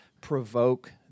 provoke